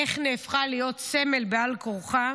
איך נהפכה להיות סמל בעל כורחה.